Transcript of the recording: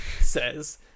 says